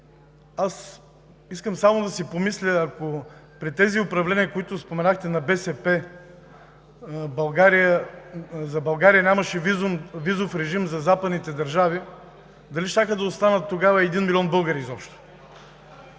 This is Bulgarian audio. аз искам само да си помисля, ако при тези управления на БСП, които споменахте, за България нямаше визов режим за западните държави, дали щяха да останат тогава един милион българи изобщо?!